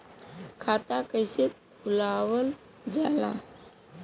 खाता कइसे खुलावल जाला?